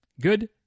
good